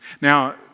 Now